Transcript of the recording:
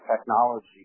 technology